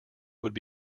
would